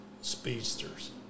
speedsters